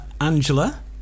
Angela